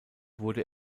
wurde